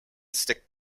stick